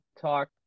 talk